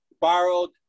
borrowed